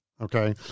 Okay